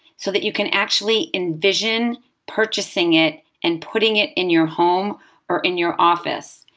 so that you can actually envision purchasing it and putting it in your home or in your office.